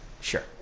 Sure